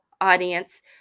audience